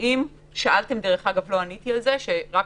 שאלה אחרת שלא עניתי עליה: רק